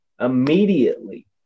immediately